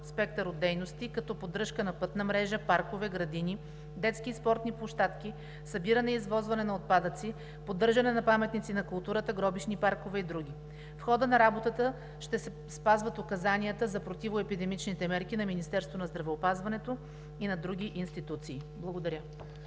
спектър от дейности, като поддръжка на пътна мрежа; паркове; градини; детски и спортни площадки; събиране и извозване на отпадъци; поддържане на паметници на културата; гробищни паркове и други. В хода на работата ще се спазват указанията за противоепидемичните мерки на Министерството на здравеопазването и на други институции. Благодаря.